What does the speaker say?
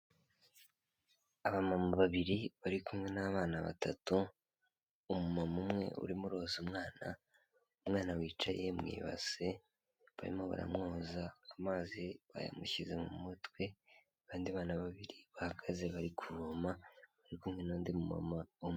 Abamama babiri bari kumwe n'abana batatu, umumama umwe urimo uroza umwana, umwana wicaye mu ibase barimo baramwoza amazi bayamushyize mu mutwe, abandi bana babiri bahagaze bari kuvoma ari kumwe n'undi mumama umwe.